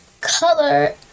color